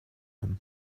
him